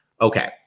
Okay